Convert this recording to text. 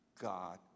God